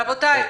רבותי,